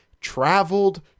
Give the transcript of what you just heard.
Traveled